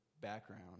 background